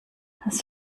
kannst